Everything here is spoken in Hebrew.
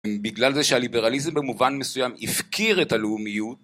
בגלל זה שהליברליזם במובן מסוים הפקיר את הלאומיות.